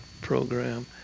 program